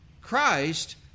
Christ